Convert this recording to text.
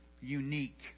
unique